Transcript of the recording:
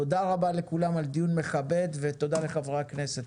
תודה רבה לכולם על דיון מכבד ותודה לחברי הכנסת.